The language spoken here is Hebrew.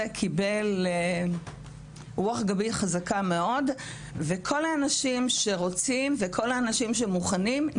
קיבל רוח גבית חזקה מאוד וכל האנשים שרוצים ומוכנים,